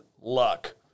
luck